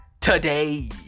today